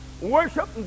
Worship